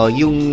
yung